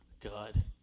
God